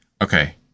okay